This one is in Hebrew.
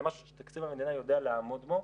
זה משהו שתקציב המדינה יודע לעמוד בו.